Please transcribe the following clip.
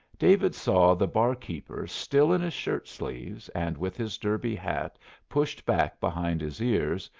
david saw the barkeeper still in his shirt-sleeves and with his derby hat pushed back behind his ears,